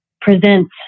presents